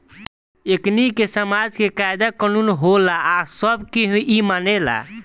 एकनि के समाज के कायदा कानून होला आ सब केहू इ मानेला